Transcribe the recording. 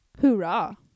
Hoorah